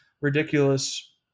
ridiculous